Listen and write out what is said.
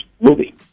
movie